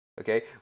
Okay